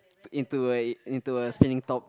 into a into a spinning top